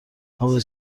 حافظه